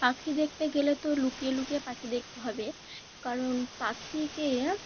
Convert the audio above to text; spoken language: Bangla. পাখি দেখতে গেলে তো লুকিয়ে লুকিয়ে পাখি দেখতে হবে কারণ পাখিকে